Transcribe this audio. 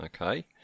Okay